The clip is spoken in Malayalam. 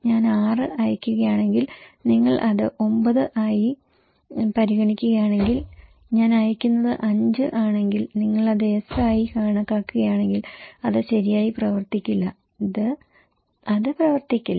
ഞാൻ 6 അയയ്ക്കുകയാണെങ്കിൽ നിങ്ങൾ അത് 9 ആയി പരിഗണിക്കുകയാണെങ്കിൽ ഞാൻ അയയ്ക്കുന്നത് 5 ആണെങ്കിൽ നിങ്ങൾ അത് എസ് ആയി കണക്കാക്കുകയാണെങ്കിൽ അത് ശരിയായി പ്രവർത്തിക്കില്ല അത് പ്രവർത്തിക്കില്ല